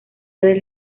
del